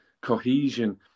cohesion